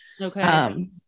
Okay